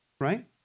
right